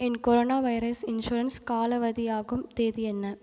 என் corona virus insurance காலாவதியாகும் தேதி என்ன